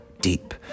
deep